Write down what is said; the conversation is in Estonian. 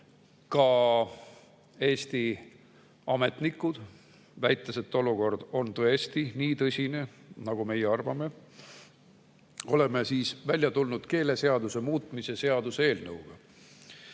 ka Eesti ametnikud, väites, et olukord on tõesti nii tõsine, nagu meie arvame, oleme välja tulnud keeleseaduse muutmise seaduse eelnõuga.